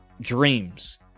dreams